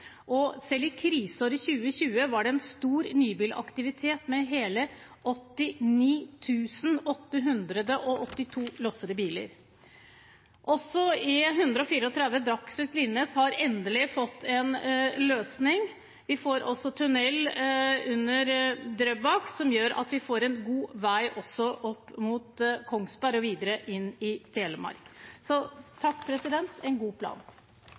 Selv i kriseåret 2020 var det en stor nybilaktivitet med hele 89 882 lossede biler. E134 Dagslett–Linnes har endelig fått en løsning. Vi får også tunnel under til Drøbak, som gjør at vi får en god vei også opp mot Kongsberg og videre inn i Telemark. Så takk for en god plan.